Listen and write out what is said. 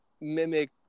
mimic